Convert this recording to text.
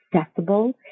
accessible